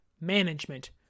management